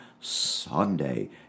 Sunday